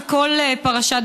וכל פרשה,